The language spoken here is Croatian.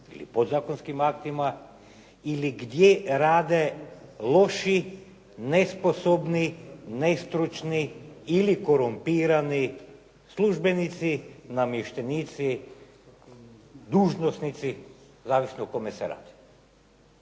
ili podzakonskim aktima, ili gdje rade loši, nesposobni, nestručni ili korumpirani službenici, namještenici, dužnosnici zavisno o kome se radi.